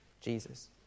Jesus